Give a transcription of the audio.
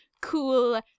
cool